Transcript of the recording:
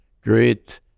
great